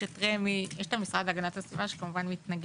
יש את המשרד להגנת הסביבה, שכמובן מתנגד